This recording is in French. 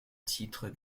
titre